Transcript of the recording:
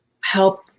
help